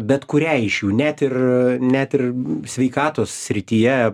bet kuriai iš jų net ir net ir sveikatos srityje